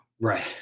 Right